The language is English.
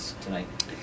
tonight